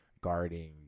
guarding